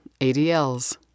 ADLs